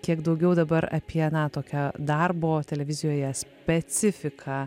kiek daugiau dabar apie na tokio darbo televizijoje specifiką